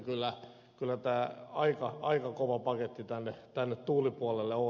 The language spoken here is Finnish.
kyllä tämä aika kova paketti tänne tuulipuolelle on